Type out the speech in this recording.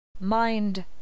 Mind